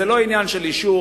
זה לא עניין של אישור,